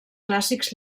clàssics